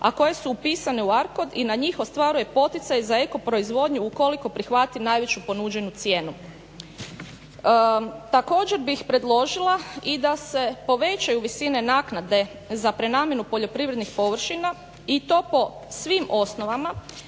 a koje su upisane u arkod i na njih ostvaruje poticaj za eko proizvodnju ukoliko prihvati najveću ponuđenu cijenu." Također bih predložila i da se povećaju visine naknade za prenamjenu poljoprivrednih površina i to po svim osnovama,